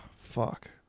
Fuck